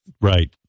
right